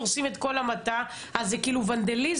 הורסים את כל המטע אז זה כאילו ונדליזם?